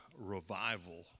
revival